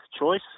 choice